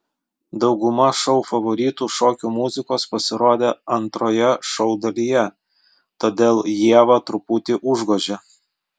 dauguma šou favoritų šokių muzikos pasirodė antrojoje šou dalyje todėl ievą truputį užgožė